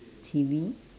T_V